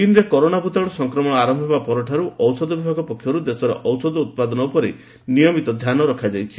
ଚୀନରେ କରୋନା ଭୁତାଣୁ ସଂକ୍ରମଣ ଆରର୍ୟ ହେବା ପରଠାରୁ ଔଷଧ ବିଭାଗ ପକ୍ଷରୁ ଦେଶରେ ଔଷଧ ଉତ୍ପାଦନ ଉପରେ ନିୟମିତ ଧ୍ୟାନ ରଖାଯାଇଛି